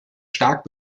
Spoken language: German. stark